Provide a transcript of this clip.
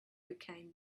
became